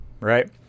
right